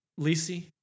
Lisi